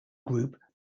group